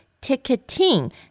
ticketing